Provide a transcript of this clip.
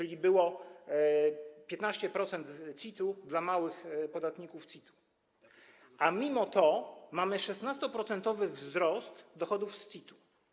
A więc było 15% CIT-u dla małych podatników CIT-u, a mimo to mamy 16-procentowy wzrost dochodów z CIT.